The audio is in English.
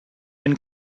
been